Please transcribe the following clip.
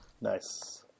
Nice